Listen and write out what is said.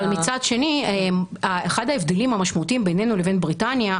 אבל מצד שני אחד ההבדלים המשמעותיים בינינו לבין בריטניה,